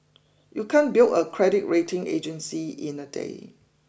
you can't build a credit rating agency in a day